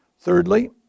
Thirdly